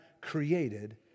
created